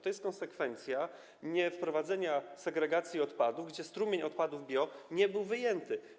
To jest konsekwencja niewprowadzenia segregacji odpadów, gdzie strumień odpadów bio nie był wyodrębniony.